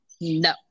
no